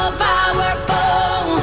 powerful